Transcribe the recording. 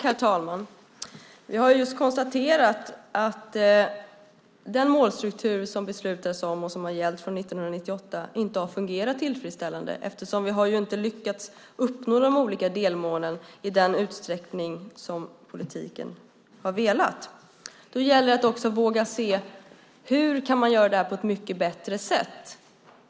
Herr talman! Vi har just konstaterat att den målstruktur som beslutats om och som gällt från 1998 inte har fungerat tillfredsställande eftersom vi inte har lyckats uppnå de olika delmålen i den utsträckning som politiken har velat. Då gäller det att också våga se: Hur kan man göra det på ett mycket bättre sätt?